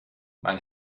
mein